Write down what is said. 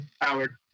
Howard